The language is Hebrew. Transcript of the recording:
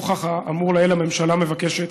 נוכח האמור לעיל, הממשלה מבקשת